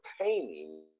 entertaining